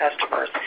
customers